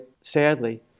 sadly